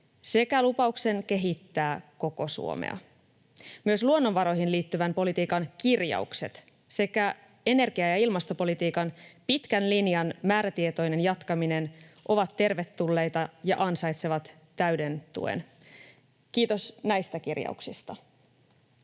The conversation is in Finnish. sekä lupauksen kehittää koko Suomea. Myös luonnonvaroihin liittyvän politiikan kirjaukset sekä energia- ja ilmastopolitiikan pitkän linjan määrätietoinen jatkaminen ovat tervetulleita ja ansaitsevat täyden tuen — kiitos näistä kirjauksista.